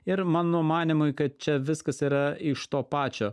ir mano manymui kad čia viskas yra iš to pačio